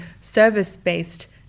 service-based